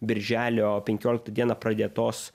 birželio penkioliktą dieną pradėtos